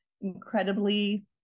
incredibly